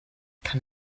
kann